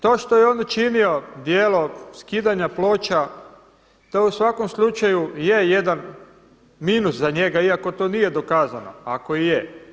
To što je on učinio djelo skidanja ploča, to u svakom slučaju je jedan minus za njega iako to nije dokazano ako i je.